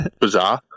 bizarre